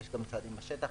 יש גם צעדים בשטח.